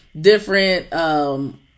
different